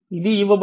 ఇది ఇవ్వబడింది